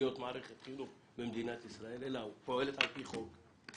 מערכת חינוך במדינת ישראל אלא היא פועלת על פי חוק.